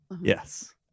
Yes